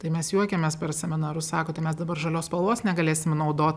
tai mes juokiamės per seminarus sako tai mes dabar žalios spalvos negalėsim naudot